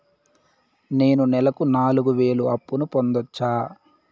నేను నెలకు నాలుగు వేలు అప్పును పొందొచ్చా?